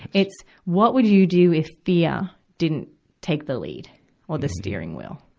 it's, what would you do if fear didn't take the lead of the steering wheel?